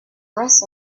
rest